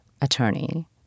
attorney